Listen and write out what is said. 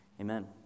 Amen